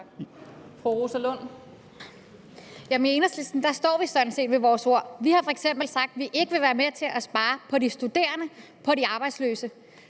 I Enhedslisten står vi sådan set ved vores ord. Vi har f.eks. sagt, at vi ikke vil være med til at spare på de studerende, på de arbejdsløse.